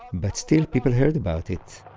but still people heard about it.